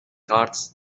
cards